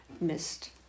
missed